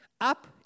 up